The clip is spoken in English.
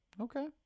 Okay